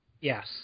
Yes